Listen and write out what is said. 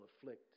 afflict